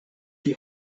die